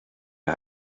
you